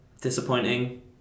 Disappointing